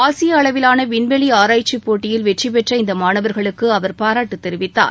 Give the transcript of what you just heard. ஆசிய அளவிலான விண்வெளி ஆராய்ச்சி போட்டியில் வெற்றி பெற்ற இந்த மாணவர்களுக்கு அவர் பாராட்டு தெரிவித்தார்